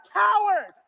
coward